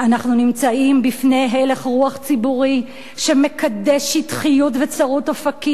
אנחנו נמצאים בפני הלך רוח ציבורי שמקדש שטחיות וצרות אופקים,